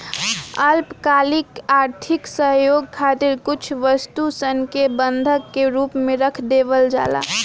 अल्पकालिक आर्थिक सहयोग खातिर कुछ वस्तु सन के बंधक के रूप में रख देवल जाला